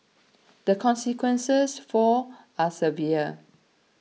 the consequences for are severe